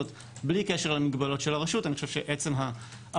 זאת אומרת שבלי קשר למגבלות של הרשות אני חושב שעצם העבודה